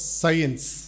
science